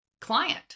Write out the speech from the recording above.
client